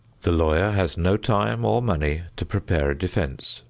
the lawyer has no time or money to prepare a defense.